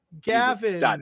Gavin